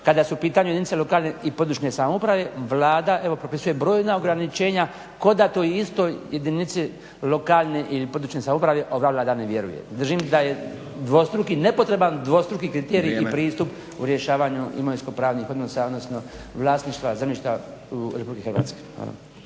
kada su u pitanju jedinice lokalne i područne samouprave Vlada evo propisuje brojna ograničenja kao da toj istoj jedinici lokalne ili područne samouprave ova Vlada ne vjeruje. Držim da je dvostruki i nepotreban dvostruki kriterij i pristup u rješavanju imovinsko-pravnih odnosa odnosno vlasništva zemljišta RH. Hvala.